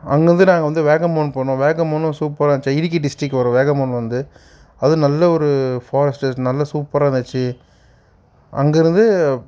அங்கிருந்து நாங்கள் வந்து வேகமான் போனோம் வேகமானும் சூப்பராக இருந்துச்சு இடுக்கி டிஸ்ட்ரிக் வந்து வேகமான் வந்து அது நல்ல ஒரு ஃபாரஸ்ட் ஸ்டேஷன் நல்ல சூப்பராக இருந்துச்சு அங்கிருந்து